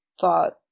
thought